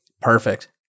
Perfect